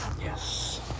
yes